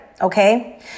Okay